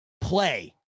play